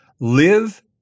live